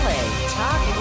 Talk